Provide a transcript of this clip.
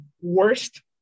worst